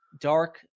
dark